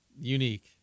unique